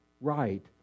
right